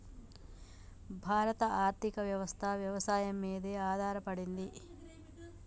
భారత ఆర్థికవ్యవస్ఠ వ్యవసాయం మీదే ఆధారపడింది